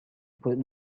put